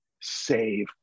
save